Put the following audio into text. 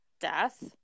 death